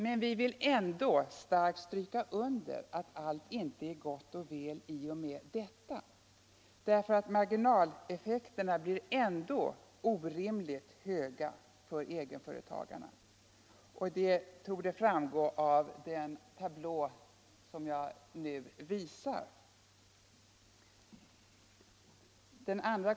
Men vi vill ändå starkt stryka under att allt inte är gott och väl i och med detta. Marginaleffekterna blir ändå orimligt höga för egenföretagarna, vilket torde framgå av den tablå som jag nu visar på TV-skärmen.